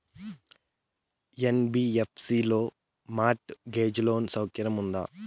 NBFC లో mortgage loan సౌకర్యం ఉందా?